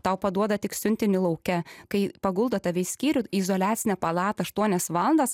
tau paduoda tik siuntinį lauke kai paguldo tave į skyrių į izoliacinę palatą aštuonias valandas